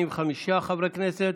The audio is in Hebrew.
45 חברי כנסת.